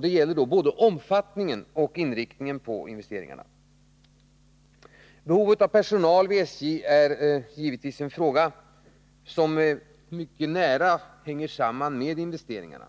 Det gäller både omfattningen och inriktningen på investeringarna. Behovet av personal vid SJ är givetvis en fråga som mycket nära sammanhänger med investeringarna.